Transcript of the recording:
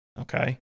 Okay